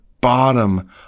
bottom